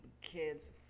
kids